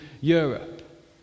Europe